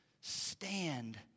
Stand